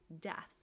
death